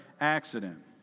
accident